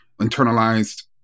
internalized